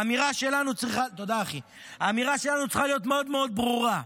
האמירה שלנו צריכה להיות מאוד-מאוד ברורה: